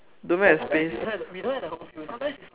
don't even have space